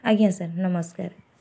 ଆଜ୍ଞା ସାର୍ ନମସ୍କାର